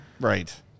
Right